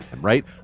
right